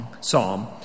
psalm